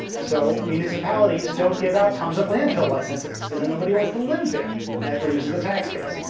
so municipalities don't give out tons of landfill licenses, because then nobody wants to live there. and that reduces the tax base.